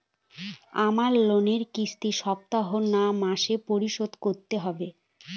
আমার লোনের কিস্তি সপ্তাহে না মাসে পরিশোধ করতে হবে?